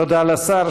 תודה לשר.